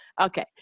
Okay